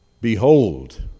Behold